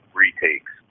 retakes